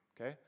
Okay